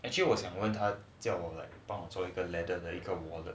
actually 我想问他叫我们我帮我做一个 leather bag